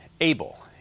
Abel